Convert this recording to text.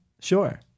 Sure